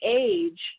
age